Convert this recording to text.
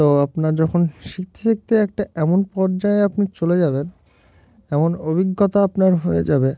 তো আপনার যখন শিখতে শিখতে একটা এমন পর্যায়ে আপনি চলে যাবেন এমন অভিজ্ঞতা আপনার হয়ে যাবে